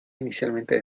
inicialmente